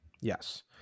Yes